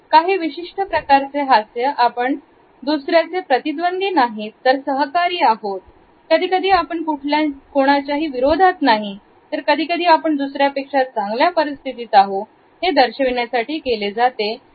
काही विशिष्ट प्रकारचे हास्य आपण दुसऱ्याचे प्रतीद्वदी नाही तर सहकारी आहोत कधीकधी आपण कुठल्याही विरोधात नाही तर कधीकधी आपण दुसरंपेक्षा चांगल्या परिस्थितीत आहो हे दर्शविण्यासाठी केले जाते